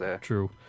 true